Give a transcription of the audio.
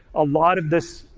a lot of this,